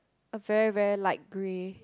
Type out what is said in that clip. a very very light grey